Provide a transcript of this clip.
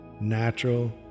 natural